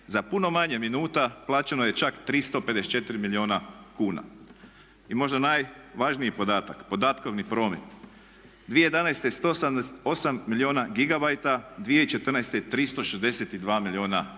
za puno manje minuta plaćeno je čak 354 milijuna kuna. I možda najvažniji podatak, podatkovni promet. 2011. 178 milijuna gigabajta, 2014. 362 milijuna